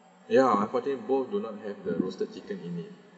ya unfortunately both do not have the roasted chicken in it